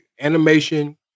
animation